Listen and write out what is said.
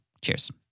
Cheers